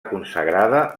consagrada